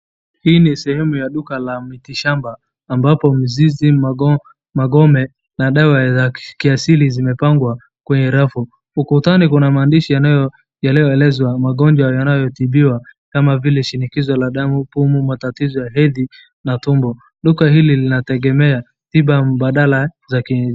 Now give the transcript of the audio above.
Hii ni sehemu ya duka la mitishamba ambapo mizizi magome na dawa za kiasili zimepangwa kwenye rafu. Ukutani kuna maandishi yanayo yanayoeleza magonjwa yanayotibiwa kama vile shinikizo la damu, pumu, matatizo ya hedhi na tumbo. Duka hili linategemea tiba mbadala za kienyeji.